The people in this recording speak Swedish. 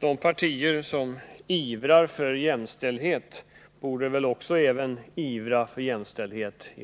De partier som ivrar för jämställdhet borde väl göra det även på det här området?